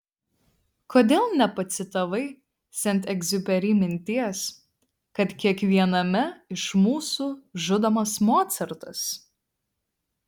kodėl nepacitavai sent egziuperi minties kad kiekviename iš mūsų žudomas mocartas